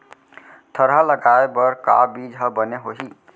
थरहा लगाए बर का बीज हा बने होही?